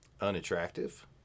unattractive